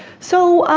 so,